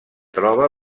troba